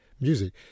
music